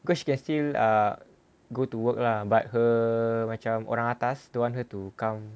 because she can still err go to work lah but her macam orang atas don't want her to come